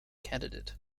candidate